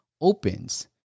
opens